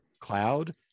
cloud